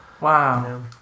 Wow